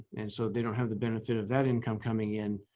and so they don't have the benefit of that income coming in.